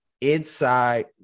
inside